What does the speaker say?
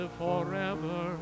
forever